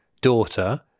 daughter